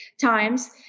times